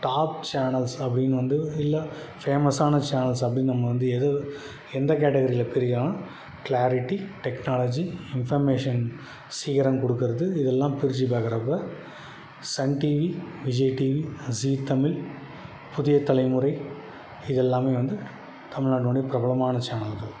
top channels அப்படின்னு வந்து இல்லை ஃபேமஸான சேனல்ஸ் அப்படின்னு நம்ம வந்து எது எந்த கேட்டகிரியில் பிரிக்கலாம் க்ளாரிட்டி டெக்னாலஜி இன்ஃபர்மேஷன் சீக்கிரம் கொடுக்கறது இதெல்லாம் பிரித்து பார்க்குறப்ப Sun TV Vijay TV Zee Tamil புதிய தலைமுறை இதெல்லாமே வந்து தமிழ்நாட்டினுடைய பிரபலமான சேனல்கள்